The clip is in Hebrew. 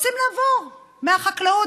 רוצים לעבור מהחקלאות.